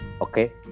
okay